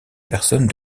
personne